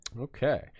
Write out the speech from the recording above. Okay